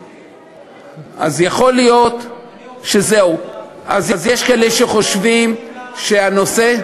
אז יכול להיות שזהו, אז יש כאלה שחושבים שהנושא,